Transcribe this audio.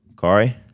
Kari